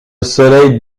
soleil